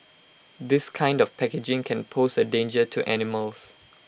this kind of packaging can pose A danger to animals